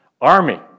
army